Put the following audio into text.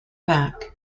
back